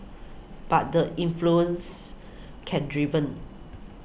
but the influence can driven